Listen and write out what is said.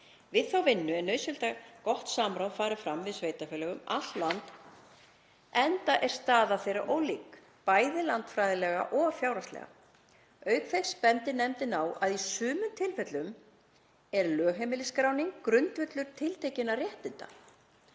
Við þá vinnu er nauðsynlegt að gott samráð fari fram við sveitarfélög um allt land enda er staða þeirra ólík, bæði landfræðilega og fjárhagslega. Auk þess bendir nefndin á að í sumum tilfellum er lögheimilisskráning grundvöllur tiltekinna réttinda,